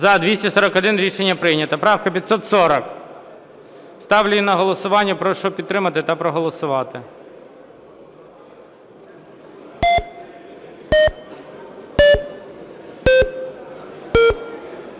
Рішення прийнято. Правка 540. Ставлю її на голосування. Прошу підтримати та проголосувати.